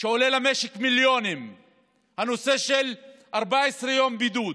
ועולה מיליונים למשק, 14 יום בידוד.